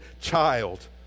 child